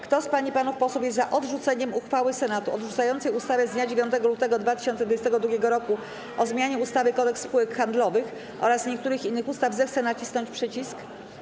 Kto z pań i panów posłów jest za odrzuceniem uchwały Senatu odrzucającej ustawę z dnia 9 lutego 2022 r. o zmianie ustawy - Kodeks spółek handlowych oraz niektórych innych ustaw, zechce nacisnąć przycisk.